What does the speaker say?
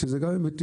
יש לזה גם היבטים.